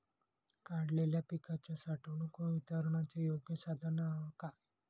काढलेल्या पिकाच्या साठवणूक व वितरणाचे योग्य साधन काय?